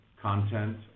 content